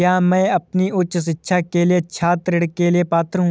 क्या मैं अपनी उच्च शिक्षा के लिए छात्र ऋण के लिए पात्र हूँ?